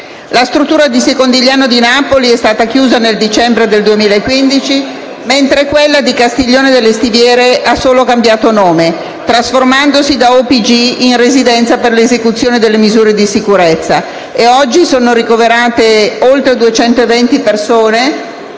La struttura di Secondigliano di Napoli è stata chiusa nel dicembre 2015, mentre quella di Castiglione delle Stiviere ha solo cambiato nome, trasformandosi da OPG in residenza per l'esecuzione delle misure di sicurezza, in cui oggi sono ricoverate oltre 220 persone,